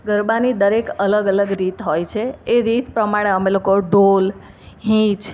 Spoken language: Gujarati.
ગરબાની દરેક અલગ અલગ રીત હોય છે એ રીત પ્રમાણે અમે લોકો ઢોલ હીંચ